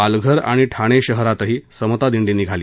पालघर आणि ठाणे शहरातही समता दिंडी निघाली